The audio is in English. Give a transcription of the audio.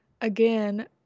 again